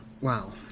Wow